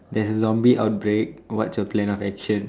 there's a zombie outbreak what's your plan of action